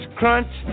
crunch